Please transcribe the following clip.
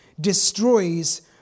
destroys